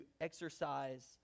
exercise